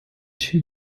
two